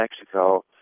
Mexico